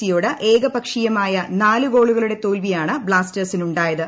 C യോട് ഏകപക്ഷീയമായ നാലു ഗോളുകളുടെ തോൽവിയാണ് ബ്ലാസ്റ്റേഴ്സിനുണ്ടായത്